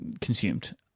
consumed